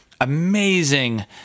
amazing